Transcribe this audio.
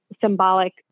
symbolic